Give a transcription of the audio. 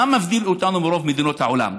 מה מבדיל אותנו מרוב מדינות העולם?